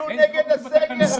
תצביעו נגד הסגר הזה.